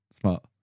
Smart